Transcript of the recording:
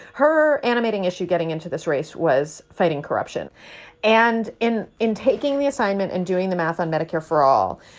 her animating issue. getting into this race was fighting corruption and in in taking the assignment and doing the math on medicare for all,